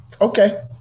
okay